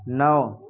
نو